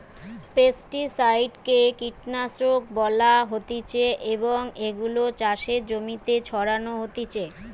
pesticide কে কীটনাশক বলা হতিছে এবং এগুলো চাষের জমিতে ছড়ানো হতিছে